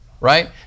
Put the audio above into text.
right